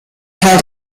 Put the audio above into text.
teil